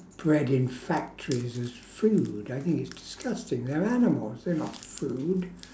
bred in factories as food I think it's disgusting they're animals they're not food